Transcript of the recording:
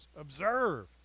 observe